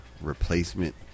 replacement